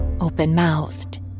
open-mouthed